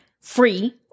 free